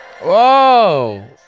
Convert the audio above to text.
Whoa